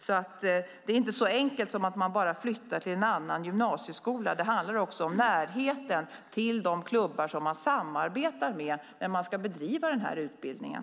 Det är alltså inte så enkelt som att bara flytta till en annan gymnasieskola. Det handlar också om närheten till de klubbar som man samarbetar med när man ska bedriva den här utbildningen.